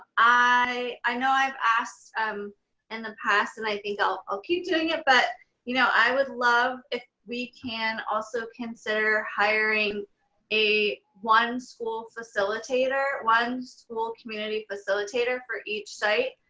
i know i've asked in um and the past and i think i'll keep doing it, but you know i would love if we can also consider hiring a one school facilitator, one school community facilitator for each site.